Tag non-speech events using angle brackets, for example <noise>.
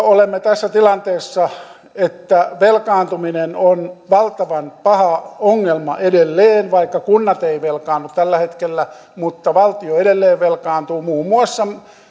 <unintelligible> olemme tässä tilanteessa että velkaantuminen on valtavan paha ongelma edelleen vaikka kunnat eivät velkaannu tällä hetkellä mutta valtio edelleen velkaantuu muun muassa